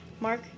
Mark